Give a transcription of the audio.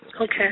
Okay